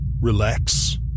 relax